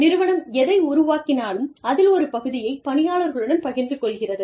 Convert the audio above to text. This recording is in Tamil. நிறுவனம் எதை உருவாக்கினாலும் அதில் ஒரு பகுதியை பணியாளர்களுடன் பகிர்ந்து கொள்கிறது